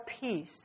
peace